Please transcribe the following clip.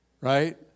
Right